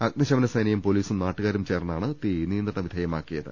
അഗ്നിശമന സേനയും പൊലീസും നാട്ടുകാരും ചേർന്നാണ് തീ നിയന്ത്രണ വിധേയമാക്കിയത്